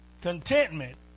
Contentment